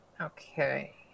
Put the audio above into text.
okay